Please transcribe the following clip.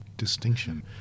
Distinction